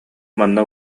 манна